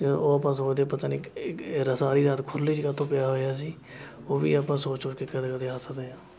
ਅਤੇ ਉਹ ਆਪਾਂ ਸੋਚਦੇ ਪਤਾ ਨਹੀਂ ਸਾਰੀ ਰਾਤ ਖੁਰਲੀ 'ਚ ਕਾਹਤੋਂ ਪਿਆ ਹੋਇਆ ਸੀ ਉਹ ਵੀ ਆਪਾਂ ਸੋਚ ਸੋਚ ਕੇ ਕਦੇ ਕਦੇ ਹੱਸਦੇ ਹਾਂ